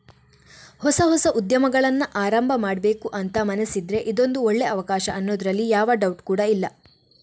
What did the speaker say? ಹೊಸ ಹೊಸ ಉದ್ಯಮಗಳನ್ನ ಆರಂಭ ಮಾಡ್ಬೇಕು ಅಂತ ಮನಸಿದ್ರೆ ಇದೊಂದು ಒಳ್ಳೇ ಅವಕಾಶ ಅನ್ನೋದ್ರಲ್ಲಿ ಯಾವ ಡೌಟ್ ಕೂಡಾ ಇಲ್ಲ